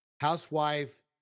Housewife